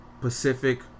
Pacific